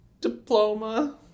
diploma